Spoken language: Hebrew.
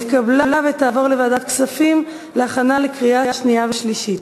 התקבלה בקריאה ראשונה ותעבור לוועדת הכספים להכנה לקריאה שנייה ושלישית.